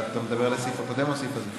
אתה מדבר על הסעיף הקודם או על הסעיף הזה?